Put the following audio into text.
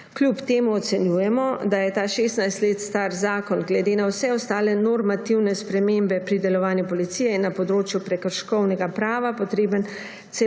Kljub temu ocenjujemo, da je ta 16 let star zakon glede na vse ostale normativne spremembe pri delovanju policije na področju prekrškovnega prava potreben